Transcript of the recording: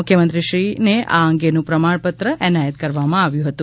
મુખ્યમંત્રીશ્રીને આ અંગેનું પ્રમાણપત્ર એનાયત કરવામાં આવ્યું હતું